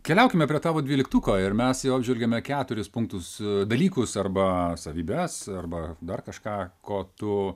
keliaukime prie tavo dvyliktuko ir mes jau apžvelgėme keturis punktus dalykus arba savybes arba dar kažką ko tu